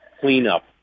cleanup